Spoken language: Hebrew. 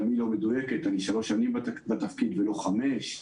היא גם לא מדויקת: אני שלוש שנים בתפקיד ולא חמש שנים,